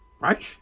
right